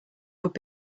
would